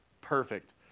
Perfect